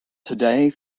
today